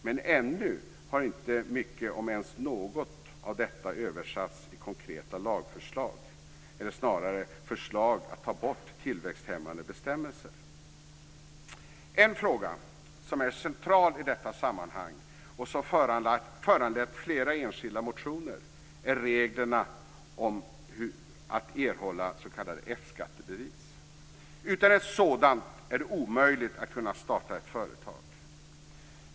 Men ännu har inte mycket, om ens något, av detta översatts i konkreta lagförslag, eller snarare förslag att ta bort tillväxthämmande bestämmelser. En fråga om är central i detta sammanhang och som föranlett flera enskilda motioner är reglerna om att erhålla ett s.k. F-skattebevis. Utan ett sådant är det omöjligt att starta ett företag.